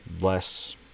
less